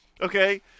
Okay